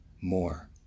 more